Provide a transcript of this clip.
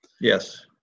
Yes